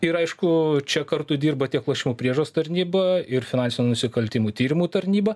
ir aišku čia kartu dirba tiek lošimų priežiūros tarnyba ir finansinių nusikaltimų tyrimų tarnyba